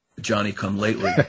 Johnny-come-lately